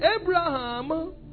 Abraham